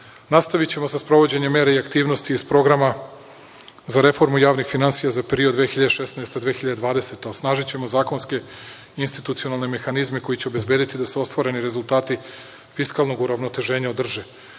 okvira. Nastavićemo sa sprovođenjem mera i aktivnosti iz Programa za reformu javnih finansija period 2016. – 2020. godina. Osnažićemo zakonske institucionalne mehanizme koji će obezbediti da se ostvareni rezultati fiskalnog uravnoteženja održe.